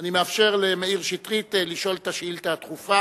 אני מאפשר למאיר שטרית לשאול את השאילתא הדחופה.